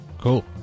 cool